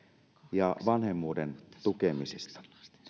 ja vanhemmuuden tukemisesta